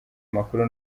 makuru